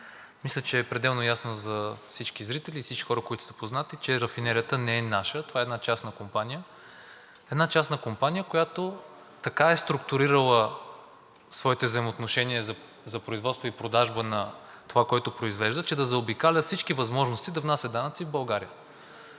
Мисля, че е пределно ясно за всички зрители и за всички хора, които са запознати, че рафинерията не е наша. Това е една частна компания, която така е структурирала своите взаимоотношения за производство и продажба на това, което произвежда, че да заобикаля всички възможности да внася данъци в България.